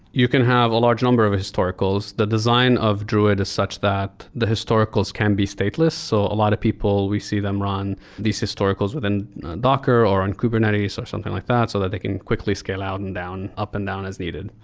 you can have a large number of historicals. the design of druid is such that the historicals can be stateless. so a lot of people, we see them run these historicals within docker, or in kubernetes, or something like that so that they can quickly scale and up and down as needed.